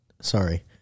sorry